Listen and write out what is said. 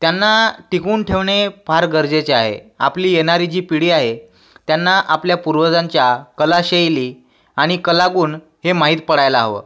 त्यांना टिकून ठेवणे फार गरजेचे आहे आपली येणारी जी पिढी आहे त्यांना आपल्या पूर्वजांच्या कलाशैली आणी कलागुण हे माहीत पडायला हवं